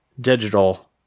digital